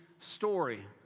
story